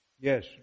Yes